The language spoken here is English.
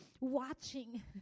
watching